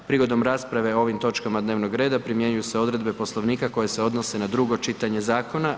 Prigodom rasprave o ovim točkama dnevnog reda primjenjuju se odredbe Poslovnika koje se odnose na drugo čitanje zakona.